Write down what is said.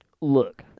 look